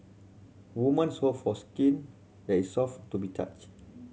women hope for skin that is soft to be touch